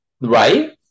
right